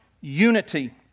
unity